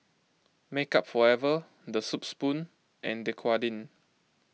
Makeup Forever the Soup Spoon and Dequadin